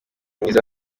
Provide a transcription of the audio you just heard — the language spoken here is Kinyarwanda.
myiza